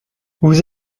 vous